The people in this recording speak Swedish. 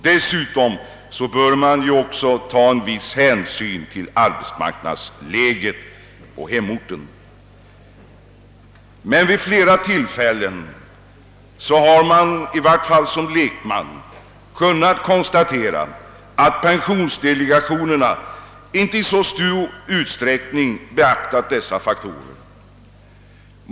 Dessutom bör man också ta viss hänsyn till arbetsmarknadsläget på hemorten. Vid flera tillfällen har man i varje fall som lekman kunnat konstatera, att pensionsdelegationerna inte i så stor utsträckning beaktat dessa faktorer.